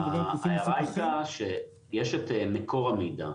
ההערה הייתה שיש את מקור המידע.